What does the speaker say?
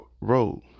road